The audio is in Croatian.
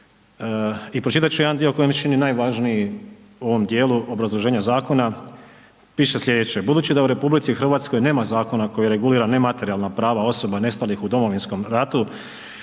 i pročitat ću jedan dio koji mi se čini najvažniji u ovom djelu obrazloženja zakona, piše slijedeće. Budući da u RH nema zakona koji regulira nematerijalna prava osoba nestalih u Domovinskom ratu